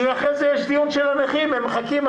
אחרי זה יש דיון של הנכים ומחכים.